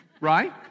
right